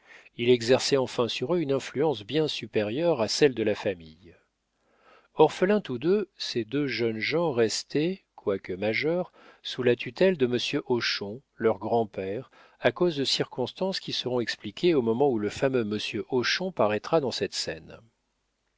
il exerçait enfin sur eux une influence bien supérieure à celle de la famille orphelins tous deux ces deux jeunes gens restaient quoique majeurs sous la tutelle de monsieur hochon leur grand-père à cause de circonstances qui seront expliquées au moment où le fameux monsieur hochon paraîtra dans cette scène